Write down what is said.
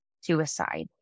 suicide